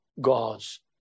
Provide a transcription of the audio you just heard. God's